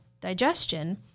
digestion